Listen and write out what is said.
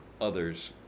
others